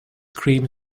cream